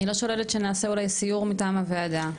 אני לא שוללת שנעשה אולי סיור מטעם הוועדה,